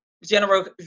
general